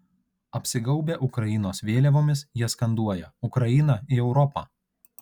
apsigaubę ukrainos vėliavomis jie skanduoja ukrainą į europą